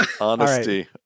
Honesty